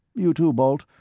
you too, balt.